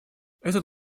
этот